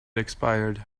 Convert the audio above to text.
expired